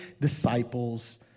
disciples